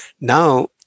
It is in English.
Now